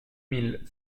mille